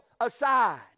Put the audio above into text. aside